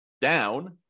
down